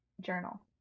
journal